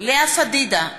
לאה פדידה,